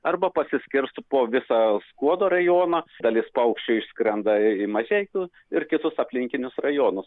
arba pasiskirsto po visą skuodo rajoną dalis paukščių išskrenda į mažeikius ir kitus aplinkinius rajonus